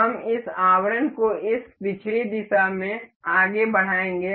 हम इस आवरण को इस पिछड़ी दिशा में आगे बढ़ाएंगे